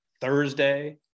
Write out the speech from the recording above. Thursday